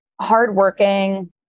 hardworking